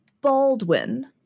Baldwin